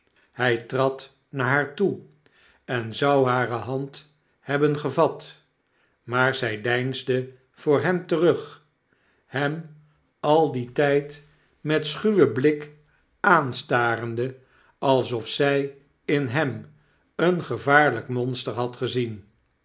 hy trad naar haar toe en zou hare hand hebben gevat maar zy deinsde voor hem terug hem al dien tp met schuwen blik aanstarende alsof zij in hem een gevaarlp monster had gezien